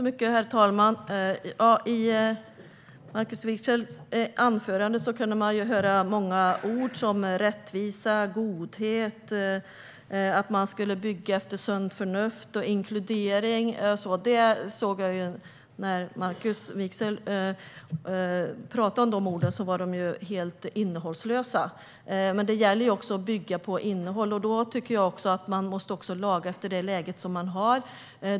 Herr talman! I Markus Wiechels anförande kunde man höra många ord och begrepp såsom rättvisa, godhet, att man skulle bygga med sunt förnuft och inkludering. När Markus Wiechel nämnde de begreppen var de ju helt innehållslösa. Men det gäller att bygga på innehåll, och då måste man laga efter det läge som man har.